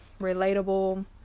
relatable